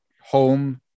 home